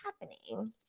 happening